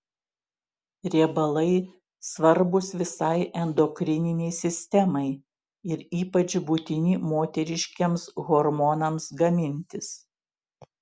riebalai svarbūs visai endokrininei sistemai ir ypač būtini moteriškiems hormonams gamintis